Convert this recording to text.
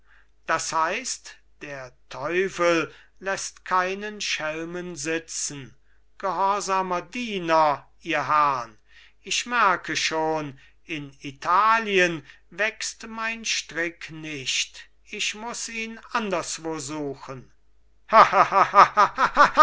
das heißt der teufel läßt keinen schelmen sitzen gehorsamer diener ihr herrn ich merke schon in italien wächst mein strick nicht ich muß ihn anderswo suchen